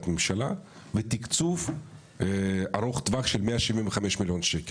הממשלה ותקצוב ארוך טווח של 175 מיליון שקל.